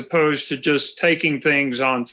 opposed to just taking things on